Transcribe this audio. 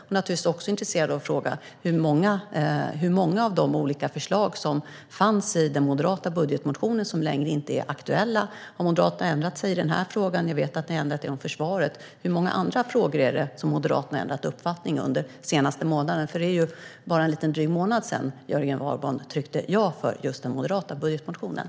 Jag är också intresserad av att få veta hur många av de olika förslag som fanns i den moderata budgetmotionen som inte längre är aktuella. Moderaterna har nu ändrat sig i den här frågan, och jag vet att ni har ändrat er om försvaret. Hur många andra frågor är det som Moderaterna har ändrat uppfattning i under den senaste månaden? Det är bara för lite drygt en månad sedan som Jörgen Warborn tryckte på "ja" för just den moderata budgetmotionen.